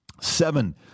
Seven